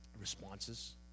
responses